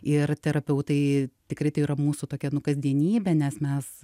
ir terapeutai tikrai tai yra mūsų tokia nu kasdienybė nes mes